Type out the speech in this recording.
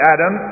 Adam